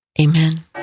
Amen